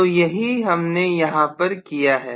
तो यही हमने यहां पर किया है